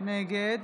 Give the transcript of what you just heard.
נגד